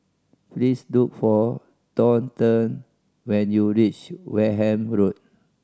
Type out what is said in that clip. please look for Thornton when you reach Wareham Road